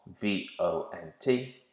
V-O-N-T